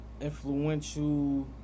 influential